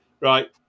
Right